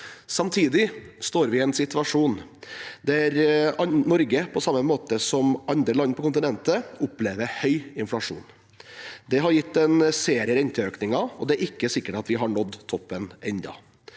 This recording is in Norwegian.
Samtidig står vi i en situasjon der Norge på samme måte som land på kontinentet opplever høy inflasjon. Det har gitt en serie renteøkninger, og det er ikke sikkert at vi har nådd toppen ennå.